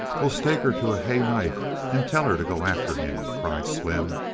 we'll stake her to a hay knife and tell her to go after him! cried slim,